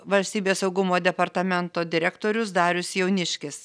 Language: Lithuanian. valstybės saugumo departamento direktorius darius jauniškis